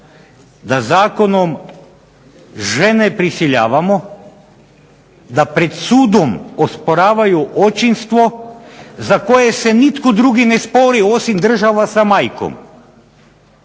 da zakonom žene prisiljavamo da pred sudom osporavaju očinstvo, za koje se nitko drugi ne spori osim država sa majkom.